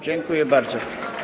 Dziękuję bardzo.